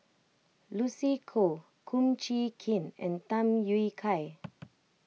Lucy Koh Kum Chee Kin and Tham Yui Kai